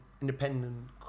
independent